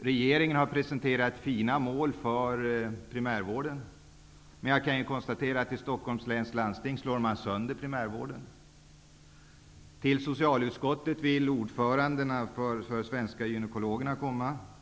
Regeringen har presenterat fina mål för primärvården. Men jag kan konstatera att man i Stockholms läns lands ting slår sönder primärvården. Ordförandena för svenska gynekologers organisationer vill komma till socialutskottet.